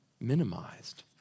minimized